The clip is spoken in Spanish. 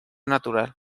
natural